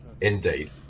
Indeed